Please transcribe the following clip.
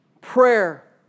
prayer